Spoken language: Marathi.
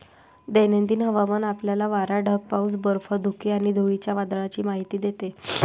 दैनंदिन हवामान आपल्याला वारा, ढग, पाऊस, बर्फ, धुके आणि धुळीच्या वादळाची माहिती देते